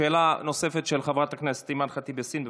שאלה נוספת, של חברת הכנסת אימאן ח'טיב יאסין.